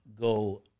go